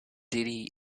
diddy